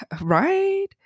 right